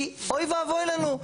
כי אוי ואבוי לנו,